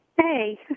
Hey